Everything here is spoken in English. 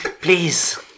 Please